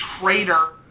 traitor